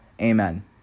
Amen